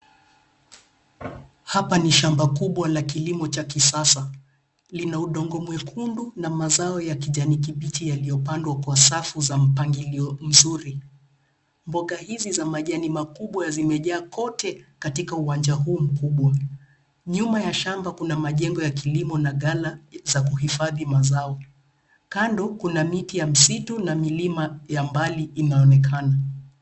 Hapa ni shamba kubwa la kilimo cha kisasa. Lina udongo mwekundu na mazao ya kijani kibichi yaliyopandwa kwa safu za mpangilio mzuri. Mboga hizi za majani makubwa zimejaa kote katika uwanja huu mkubwa. Nyuma ya shamba kuna majengo ya kilimo na ghala za kuhifadhi mazao. Kando kuna miti ya misitu na milima ya mbali inaonekana.